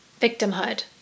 victimhood